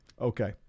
Okay